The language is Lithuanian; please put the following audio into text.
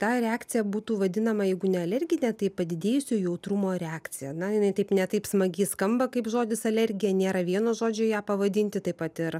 ta reakcija būtų vadinama jeigu ne alergine tai padidėjusio jautrumo reakcija na jinai taip ne taip smagiai skamba kaip žodis alergija nėra vieno žodžio ją pavadinti taip pat ir